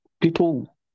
people